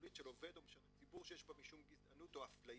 מילולית של עובד או משרת ציבור שיש בה משום גזענות או אפליה,